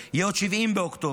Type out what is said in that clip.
יהיו עוד 70 באוקטובר.